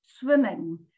swimming